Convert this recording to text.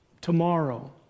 tomorrow